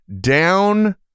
down